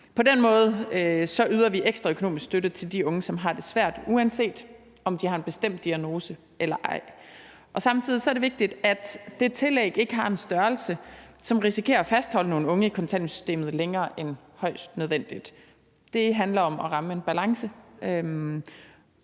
På den måde yder vi ekstra økonomisk støtte til de unge, der har det svært, uanset om de har en bestemt diagnose eller ej. Samtidig er det vigtigt, at det tillæg ikke har en størrelse, som risikerer at fastholde nogle unge i kontanthjælpssystemet længere end højst nødvendigt. Det handler om at ramme en balance,